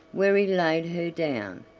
where he laid her down,